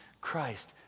Christ